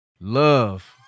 love